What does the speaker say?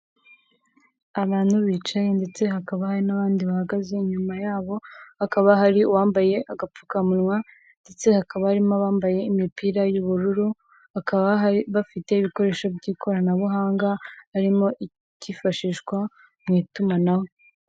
Abantu bicaye ndetse hakaba n'abandi bahagaze, inyuma yabo hakaba hari uwambaye agapfukamunwa, ndetse hakaba harimo abambaye imipira y'ubururu; bakaba bafite ibikoresho by'ikoranabuhanga harimo ikifashishwa mu itumanaho.